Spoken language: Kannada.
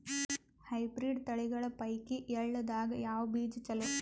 ಹೈಬ್ರಿಡ್ ತಳಿಗಳ ಪೈಕಿ ಎಳ್ಳ ದಾಗ ಯಾವ ಬೀಜ ಚಲೋ?